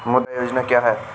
मुद्रा योजना क्या है?